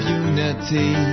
unity